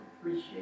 appreciate